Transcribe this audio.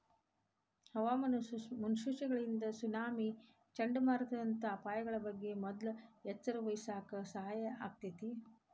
ಹವಾಮಾನ ಮುನ್ಸೂಚನೆಗಳಿಂದ ಸುನಾಮಿ, ಚಂಡಮಾರುತದಂತ ಅಪಾಯಗಳ ಬಗ್ಗೆ ಮೊದ್ಲ ಎಚ್ಚರವಹಿಸಾಕ ಸಹಾಯ ಆಕ್ಕೆತಿ